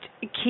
Keep